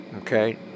Okay